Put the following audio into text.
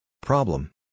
Problem